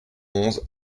onze